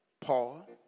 Paul